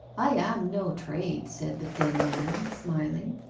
i am no trade said the thin man, smiling,